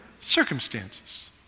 circumstances